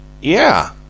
Yeah